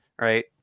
right